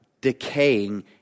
decaying